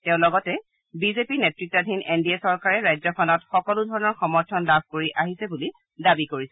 তেওঁ লগতে বিজেপি নেত্ৰাধীন এন ডি এ চৰকাৰে ৰাজ্যখনত সকলো ধৰণৰ সমৰ্থন লাভ কৰি আছে বুলি দাবী কৰিছে